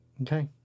Okay